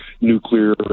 nuclear